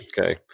Okay